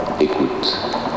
Écoute